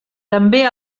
també